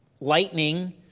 Lightning